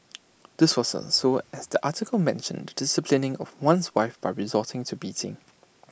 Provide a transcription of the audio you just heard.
this wasn't so as the article mentioned disciplining of one's wife by resorting to beating